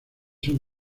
son